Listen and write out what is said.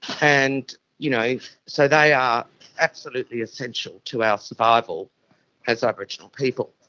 and you know so they are absolutely essential to our survival as aboriginal people.